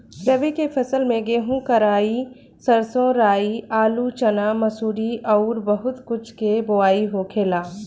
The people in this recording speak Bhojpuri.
रबी के फसल में गेंहू, कराई, सरसों, राई, आलू, चना, मसूरी अउरी बहुत कुछ के बोआई होखेला